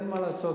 אין מה לעשות,